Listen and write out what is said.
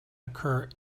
occur